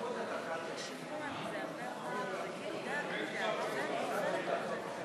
גברתי היושבת-ראש, תודה רבה לך,